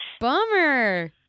Bummer